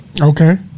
Okay